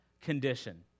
condition